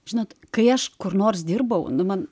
žinot kai aš kur nors dirbau nu man